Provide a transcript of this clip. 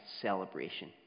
celebration